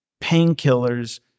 painkillers